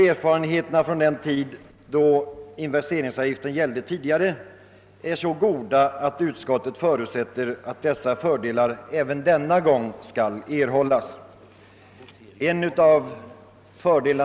Erfarenheterna från förra gången investeringsavgiften gällde är så goda, att utskottet förutsätter att dessa fördelar även denna gång skall erhållas.